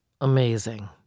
Amazing